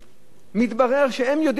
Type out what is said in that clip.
מתברר שהם יודעים את המידע,